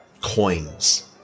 coins